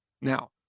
Now